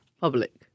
public